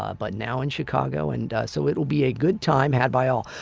ah but now in chicago and so it'll be a good time had by all.